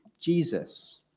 Jesus